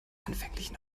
anfänglichen